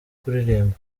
kuririmba